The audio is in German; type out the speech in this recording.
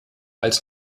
als